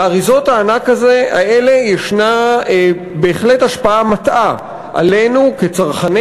לאריזות הענק האלה יש בהחלט השפעה מטעה עלינו כצרכנים.